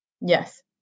Yes